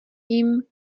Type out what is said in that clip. jim